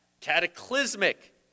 cataclysmic